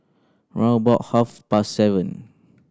round about half past seven